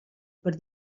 per